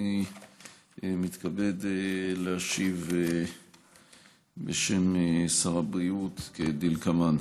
אני מתכבד להשיב בשם שר הבריאות כדלקמן.